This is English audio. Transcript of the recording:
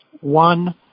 one